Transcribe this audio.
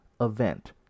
event